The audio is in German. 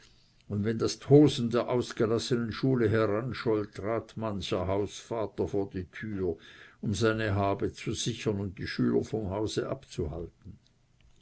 und wenn das tosen der ausgelassenen schule heranscholl trat mancher hausvater vor die türe um seine habe zu sichern und die schüler vom hause abzuhalten